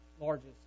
largest